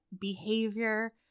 behavior